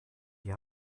die